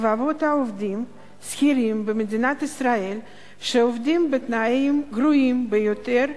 רבבות עובדים שכירים במדינת ישראל שעובדים בתנאים גרועים ביותר,